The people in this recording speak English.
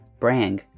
Brang